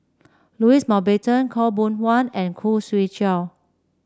Louis Mountbatten Khaw Boon Wan and Khoo Swee Chiow